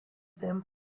them